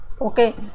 okay